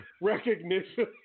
Recognition